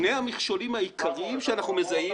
שני המכשולים העיקריים שאנחנו מזהים,